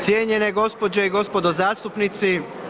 Cijenjene gospođe i gospodo zastupnici.